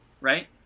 right